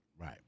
Right